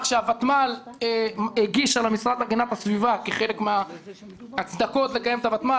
שהותמ"ל הגישה למשרד להגנת הסביבה כחלק מההצדקות לקיים את הותמ"ל,